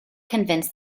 convince